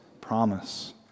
promise